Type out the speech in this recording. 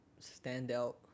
standout